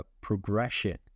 progression